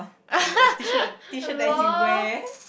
lol